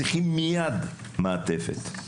הם צריכים מייד מעטפת.